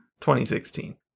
2016